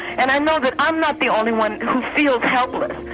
and i know that i'm not the only one who feels helpless.